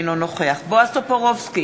אינו נוכח בועז טופורובסקי,